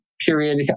period